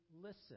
listen